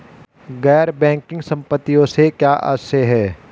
गैर बैंकिंग संपत्तियों से क्या आशय है?